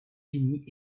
finis